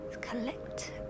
collect